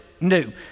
new